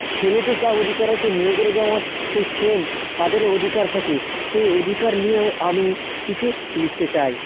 ছেলেদের যা অধিকার আছে মেয়েদেরও যেমন সেই সেম তাদেরও অধিকার থাকে সেই অধিকার নিয়েও আমি কিছু লিখতে চাই